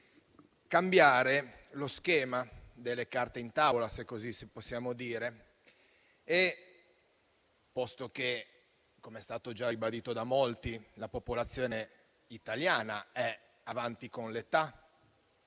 ossia cambiare lo schema delle carte in tavola, se così possiamo dire, posto che - com'è stato già ribadito da molti - la popolazione italiana è avanti con l'età